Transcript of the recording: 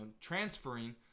transferring